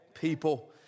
people